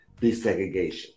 desegregation